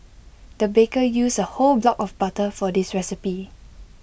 the baker used A whole block of butter for this recipe